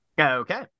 Okay